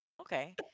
Okay